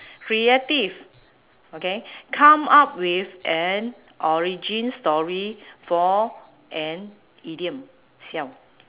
creative okay come up with an origin story for an idiom siao